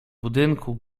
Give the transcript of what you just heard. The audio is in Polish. budynku